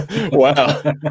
Wow